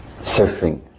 surfing